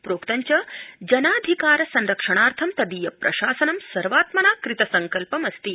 प्रोक्तं च जनानाम् अधिकार संरक्षणार्थं तदीय प्रशासनं सर्वात्मना कृत संकल्पमस्ति